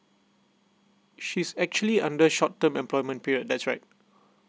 she's actually under short term employment period that's right